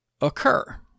occur